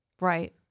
Right